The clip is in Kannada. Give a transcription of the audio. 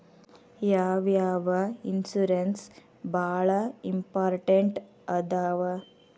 ಯಾವ್ಯಾವ ಇನ್ಶೂರೆನ್ಸ್ ಬಾಳ ಇಂಪಾರ್ಟೆಂಟ್ ಅದಾವ?